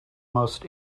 most